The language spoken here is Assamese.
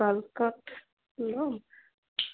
বাল্কত ল'ম